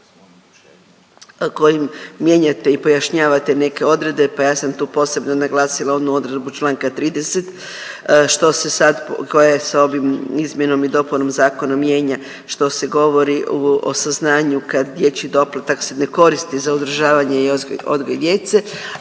kojim mijenjate i pojašnjavate neke odredbe, pa ja sam tu posebno naglasila onu odredbu čl. 30., što se sad, koja je sa ovim izmjenom i dopunom zakona mijenja, što se govori o saznanju kad dječji doplatak se ne koristi za uzdržavanje i odgoj djece,